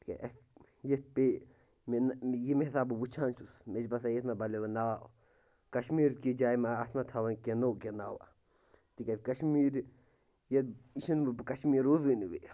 تِکیٛازِ اَسہِ ییٚتھۍ پےَ مےٚ نہٕ ییٚمہِ حِساب بہٕ وُچھان چھُس مےٚ چھِ باسان ییٚتھۍ ما بَدلیٛو وۅنۍ ناو کَشمیٖر کِس جایہِ ما اَتھ ما تھاوَن کیٚنٛہہ نوٚو کیٚنٛہہ ناوا تِکیٛازِ کَشمیٖر یتھ یہِ چھَنہٕ بہٕ کَشمیٖر روزٕے نہٕ وۅنۍ